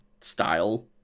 style